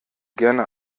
gerne